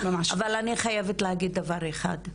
אבל אני חייבת להגיד דבר אחד: